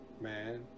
man